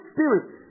Spirit